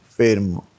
fermo